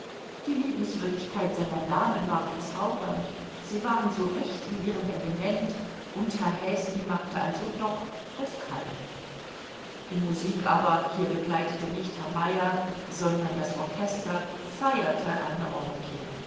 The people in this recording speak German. die liebenswürdigkeit seiner damen war bezaubernd sie waren so recht in ihrem element und herr häsli machte also doch das kalb die musik aber hier begleitete nicht herr meyer sondern das orchester feierte eine orgie